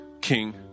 king